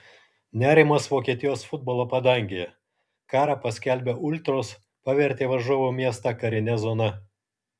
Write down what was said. nerimas vokietijos futbolo padangėje karą paskelbę ultros pavertė varžovų miestą karine zona